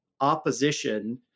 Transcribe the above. opposition